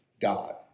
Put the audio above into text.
God